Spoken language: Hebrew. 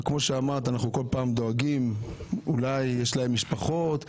כמו שאמרת, אנחנו דואגים אולי יש להם משפחות,